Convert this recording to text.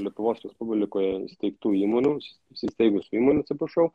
lietuvos respublikoje įsteigtų įmonių įsisteigusių įmonių atsiprašau